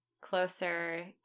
closer